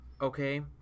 Okay